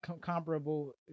comparable